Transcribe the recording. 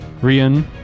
Rian